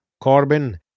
Corbin